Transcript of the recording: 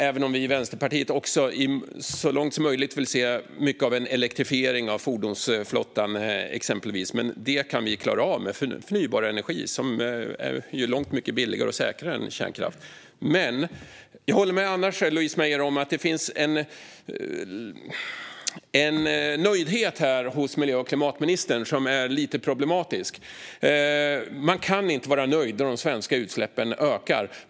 Även vi i Vänsterpartiet vill så långt som möjligt se en elektrifiering av exempelvis fordonsflottan, men det kan vi klara med förnybar energi som ju är långt mycket billigare och säkrare än kärnkraft. Annars håller jag med Louise Meijer om att det finns en nöjdhet hos miljö och klimatministern som är lite problematisk. Man kan inte vara nöjd när de svenska utsläppen ökar.